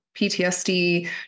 PTSD